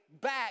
back